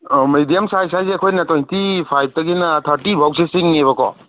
ꯑꯥ medium size ꯍꯥꯏꯁꯦ ꯑꯩꯈꯣꯏꯅ twenty ꯐꯥꯏꯚꯇꯒꯤꯅ ꯊꯥꯔꯇꯤꯕꯣꯛꯁꯦ ꯆꯤꯡꯉꯦꯕꯀꯣ